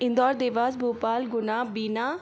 Indore Dewas Bhopal Guna Bina